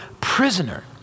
prisoner